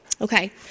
Okay